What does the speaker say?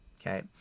Okay